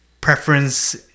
preference